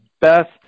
best